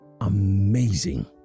amazing